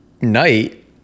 night